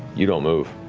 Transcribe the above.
you don't move.